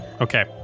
Okay